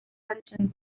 attention